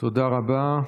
תודה רבה.